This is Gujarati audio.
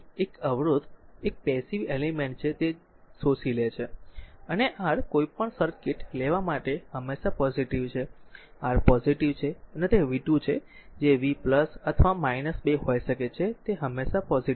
તેથી p vi એક અવરોધ એક પેસીવ એલિમેન્ટ છે જે તે શોષી લે છે અને R કોઈપણ સર્કિટ લેવા માટે હંમેશા પોઝીટીવ છે R પોઝીટીવ છે અને તે v2 છે જે v અથવા 2 હોઈ શકે તે હંમેશા પોઝીટીવ છે